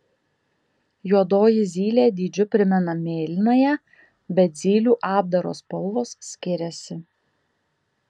juodoji zylė dydžiu primena mėlynąją bet zylių apdaro spalvos skiriasi